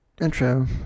intro